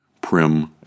prim